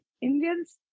Indians